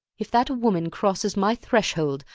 if that woman crosses my threshold,